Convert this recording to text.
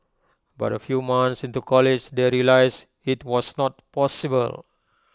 but A few months into college they realised IT was not possible